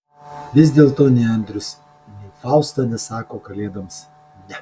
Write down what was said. vis dėlto nei andrius nei fausta nesako kalėdoms ne